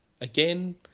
again